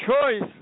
choice